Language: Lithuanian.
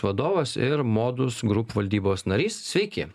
vadovas ir modus group valdybos narys sveiki